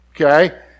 okay